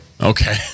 Okay